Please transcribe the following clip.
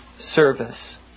service